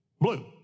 blue